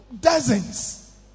dozens